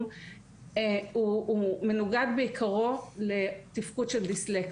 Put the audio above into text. הוא מנוגד בעיקרו לתפקוד של דיסלקט.